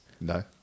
No